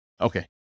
Okay